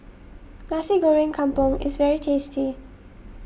Nasi Goreng Kampung is very tasty